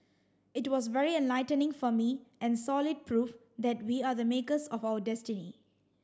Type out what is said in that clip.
it was very enlightening for me and solid proof that we are the makers of our destiny